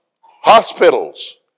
hospitals